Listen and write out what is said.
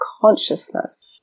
consciousness